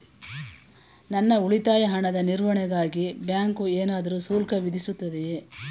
ನನ್ನ ಉಳಿತಾಯ ಹಣದ ನಿರ್ವಹಣೆಗಾಗಿ ಬ್ಯಾಂಕು ಏನಾದರೂ ಶುಲ್ಕ ವಿಧಿಸುತ್ತದೆಯೇ?